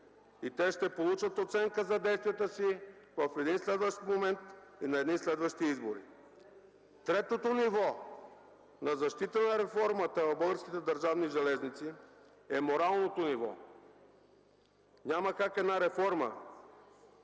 и те ще получат оценка за действията си в един следващ момент, на следващи избори. Третото ниво на защита на реформата в Българските държавни железници е моралното ниво. Няма как една реформа